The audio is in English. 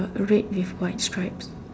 red with white stripes